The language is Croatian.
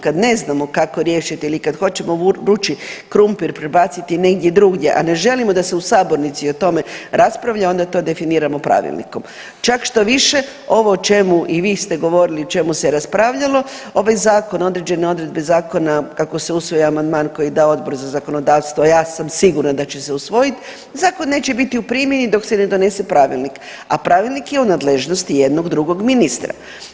Kad ne znamo kako riješiti ili kad hoćemo vrući krumpir prebaciti negdje drugdje, a ne želimo da se u sabornici o tome raspravlja onda to definiramo pravilnikom, čak štoviše ovo o čemu i vi ste govorili o čemu se raspravljalo ovaj zakon određene odredbe zakona kako se usvoji amandman koji je dao Odbor za zakonodavstvo, a ja sam sigurna da će se usvojit zakon neće biti u primjeni dok se ne donese pravilnik, a pravilnik je u nadležnosti jednog drugog ministra.